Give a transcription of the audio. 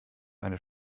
eine